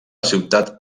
ciutat